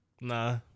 Nah